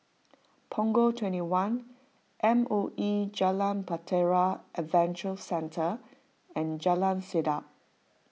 Punggol twenty one M O E Jalan Bahtera Adventure Centre and Jalan Sedap